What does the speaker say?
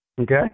Okay